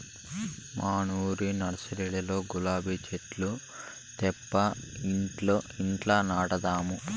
మనూరి నర్సరీలో గులాబీ చెట్లు తేబ్బా ఇంట్ల నాటదాము